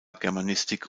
germanistik